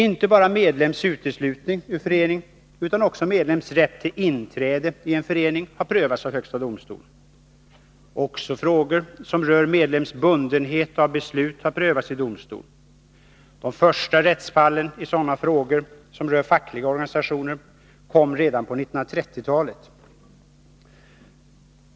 Inte bara medlems uteslutning ur en förening utan också medlems rätt till inträde i en förening har prövats av högsta domstolen. Också frågor som rör medlems bundenhet av förenings beslut har prövats av domstol. De första rättsfallen i sådana frågor som rör fackliga organisationer kom redan på 1930-talet.